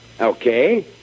Okay